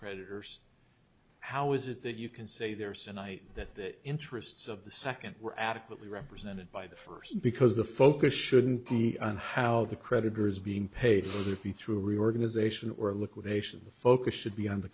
creditors how is it that you can say there's an item that interests of the second were adequately represented by the first because the focus shouldn't be on how the creditors being paid for their fee through reorganization or liquidation the focus should be on the